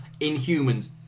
Inhumans